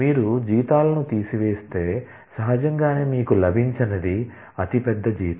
మీరు జీతాలను తీసివేస్తే సహజంగానే మీకు లభించనిది అతి పెద్ద జీతం